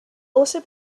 also